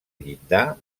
llindar